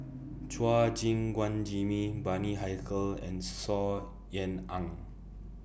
Chua Gim Guan Jimmy Bani Haykal and Saw Ean Ang